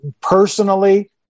personally